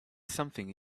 something